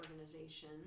organization